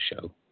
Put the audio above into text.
show